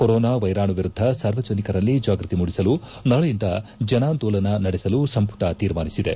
corona ವೈರಾಣು ವಿರುದ್ದ ಸಾರ್ವಜನಿಕರಲ್ಲಿ ಜಾಗ್ವತಿ ಮೂಡಿಸಲು ನಾಳೆಯಿಂದ ಜನಾಂದೋಲನ ನಡೆಸಲು ಸಂಪುಟ ತೀರ್ಮಾನಿಸಿದೆ